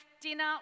dinner